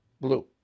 blue